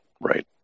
right